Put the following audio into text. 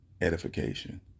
edification